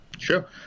Sure